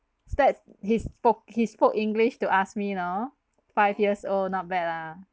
that he spoke he spoke english to ask me you know five years old not bad lah